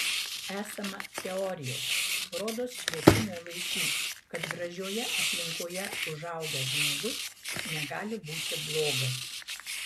esama teorijos rodos švietimo laikų kad gražioje aplinkoje užaugęs žmogus negali būti blogas